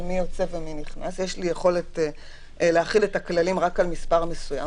מי יוצא ומי נכנס יש לי יכולת להחיל את הכללים רק על מספר מסוים,